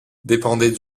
dépendait